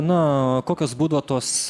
na kokios būdavo tos